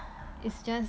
it's just